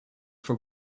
for